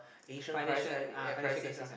Asian crisis uh crisis lah